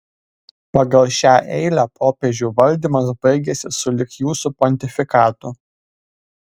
pagal šią eilę popiežių valdymas baigiasi sulig jūsų pontifikatu